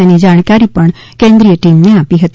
તેની જાણકારી કેન્દ્રીય ટીમને આપી હતી